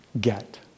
get